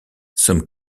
some